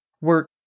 work